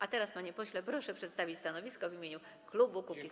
A teraz, panie pośle, proszę przedstawić stanowisko w imieniu klubu Kukiz’15.